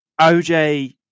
OJ